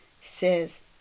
says